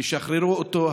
תשחררו אותו.